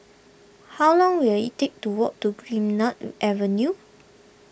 how long will it take to walk to green nod Avenue